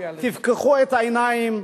תפקחו את העיניים,